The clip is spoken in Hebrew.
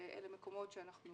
ואלה מקומות שאנחנו